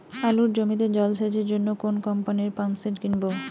আলুর জমিতে জল সেচের জন্য কোন কোম্পানির পাম্পসেট কিনব?